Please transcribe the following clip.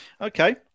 Okay